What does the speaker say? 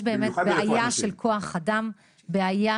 יש באמת בעיה של כוח אדם, בעיה